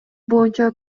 боюнча